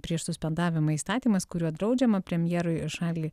prieš suspendavimą įstatymas kuriuo draudžiama premjerui šalį